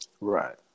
Right